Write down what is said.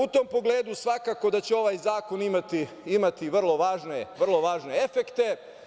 U tom pogledu svakako da će ovaj zakon imati vrlo važne efekte.